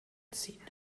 anziehen